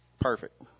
perfect